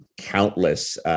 countless